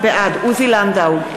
בעד עוזי לנדאו,